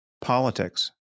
politics